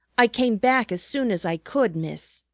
i came back as soon as i could, miss,